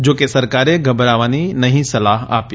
જો કે સરકારે ગભરાવા નહી સલાહ આપી